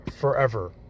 forever